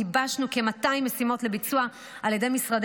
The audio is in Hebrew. גיבשנו כ-200 משימות לביצוע על ידי משרדי